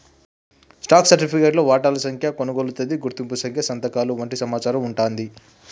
stock సర్టిఫికేట్లో వాటాల సంఖ్య, కొనుగోలు తేదీ, గుర్తింపు సంఖ్య సంతకాలు వంటి సమాచారం వుంటాంది